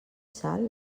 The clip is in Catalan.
sal